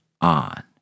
on